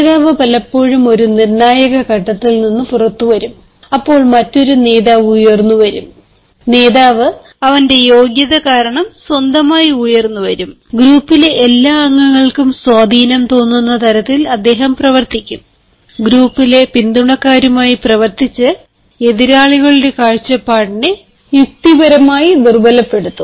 നേതാവ് പലപ്പോഴും ഒരു നിർണായക ഘട്ടത്തിൽ നിന്ന് പുറത്തുവരും അപ്പോൾ മറ്റൊരു നേതാവ് ഉയർന്നുവരും നേതാവ് അവന്റെ യോഗ്യത കാരണം സ്വന്തമായി ഉയർന്നുവരും ഗ്രൂപ്പിലെ എല്ലാ അംഗങ്ങൾക്കും സ്വാധീനം തോന്നുന്ന തരത്തിൽ അദ്ദേഹം പ്രവർത്തിക്കും ഗ്രൂപ്പിലെ പിന്തുണക്കാരുമായി പ്രവർത്തിച്ച് എതിരാളിയുടെ കാഴ്ചപ്പാടിനെ യുക്തിപരമായി ദുർബലപ്പെടുത്തും